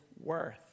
worth